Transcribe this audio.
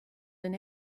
than